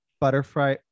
Butterfly